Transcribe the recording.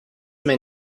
may